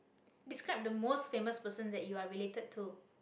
describe the most famous person that you are related to